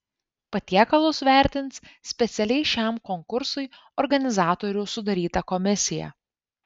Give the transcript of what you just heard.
patiekalus vertins specialiai šiam konkursui organizatorių sudaryta komisija